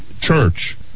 church